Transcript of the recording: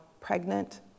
pregnant